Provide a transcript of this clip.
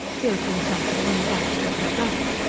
he opened something and gas whistled out.